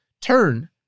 turn